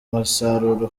musaruro